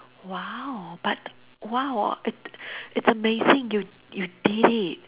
!wow! but !wow! it it's amazing you you did it